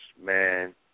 man